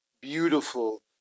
beautiful